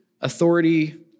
authority